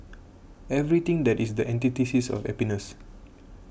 everything that is the antithesis of happiness